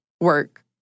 work